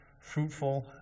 fruitful